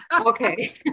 okay